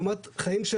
לעומת החיים,